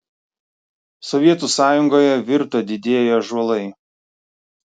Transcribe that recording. sovietų sąjungoje virto didieji ąžuolai